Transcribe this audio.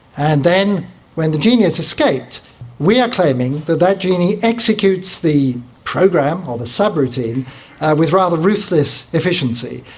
and then when the genie has escaped we are claiming that that genie executes the program or the subroutine with rather ruthless efficiency.